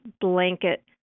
blanket